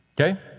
Okay